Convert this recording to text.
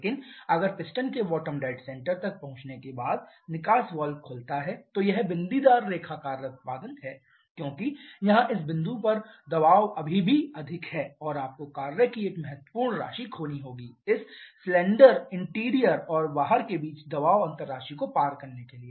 लेकिन अगर पिस्टन के बॉटम डेड सेंटर तक पहुंचने के बाद निकास वाल्व खुलता है तो यह बिंदीदार रेखा कार्य उत्पादन है क्योंकि यहां इस बिंदु पर दबाव अभी भी अधिक है और आपको कार्य की एक महत्वपूर्ण राशि खोनी होगी इस सिलेंडर इंटीरियर और बाहर के बीच दबाव अंतर राशि को पार करने के लिए